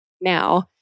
now